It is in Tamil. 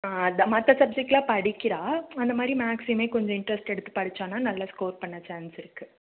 ஆ அதை மற்ற சப்ஜெக்ட்லாம் படிக்கிறாள் அந்த மாதிரி மேக்ஸ்ஸையுமே கொஞ்சம் இன்டர்ஸ்ட்டு எடுத்து படிச்சான்னால் நல்ல ஸ்கோர் பண்ண சான்ஸ் இருக்குது